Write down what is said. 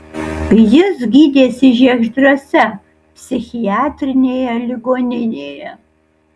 jis gydėsi žiegždriuose psichiatrinėje ligoninėje